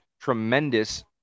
tremendous